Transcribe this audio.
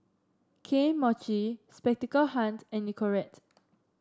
Kane Mochi Spectacle Hut and Nicorette